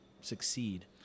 succeed